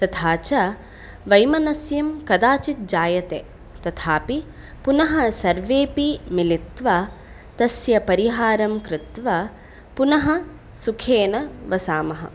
तथा च वैमनस्यं कदाचिज्जायते तथापि पुनः सर्वेपि मिलित्वा तस्य परिहारं कृत्वा पुनः सुखेन वसामः